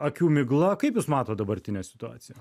akių migla kaip jūs matot dabartinę situaciją